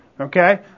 Okay